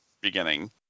beginning